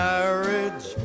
Marriage